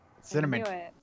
Cinnamon